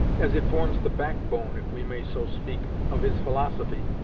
as it forms the backbone, if we may so speak, of his philosophy,